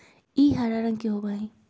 ई हरा रंग के होबा हई